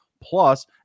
plus